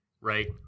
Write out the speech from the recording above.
Right